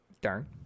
darn